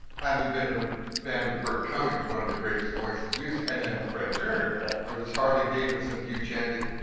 having been in a band with burton cummings, one of the greatest voices in music and then um fred turner yeah was this harley-davidson, hugh channic,